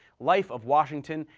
life of washington,